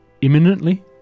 imminently